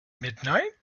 midnight